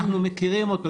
אנחנו מכירים אותו,